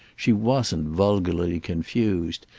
she wasn't vulgarly confused,